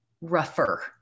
rougher